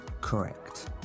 correct